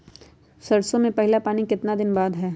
सरसों में पहला पानी कितने दिन बाद है?